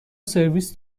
سرویس